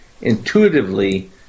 intuitively